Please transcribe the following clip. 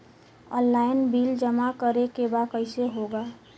Online bill जमा करे के बा कईसे होगा?